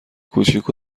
کوچیک